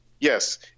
Yes